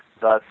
thus